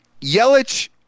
Yelich